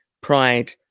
pride